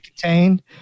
contained